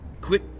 quit